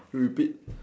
you repeat